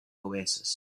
oasis